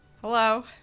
hello